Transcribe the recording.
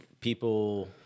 people